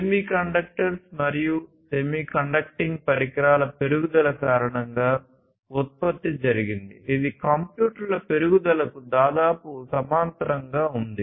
semiconductors మరియు సెమీకండక్టింగ్ పరికరాల పెరుగుదల కారణంగా ఉత్పత్తి జరిగింది ఇది కంప్యూటర్ల పెరుగుదలకు దాదాపు సమాంతరంగా ఉంది